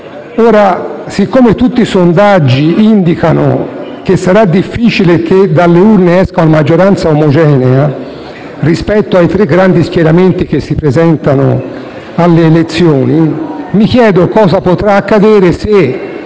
Poiché tutti i sondaggi indicano che sarà difficile che dalle urne esca una maggioranza omogenea rispetto ai tre grandi schieramenti che si presentano alle elezioni, mi chiedo cosa potrà accadere se